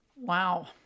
Wow